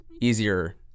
easier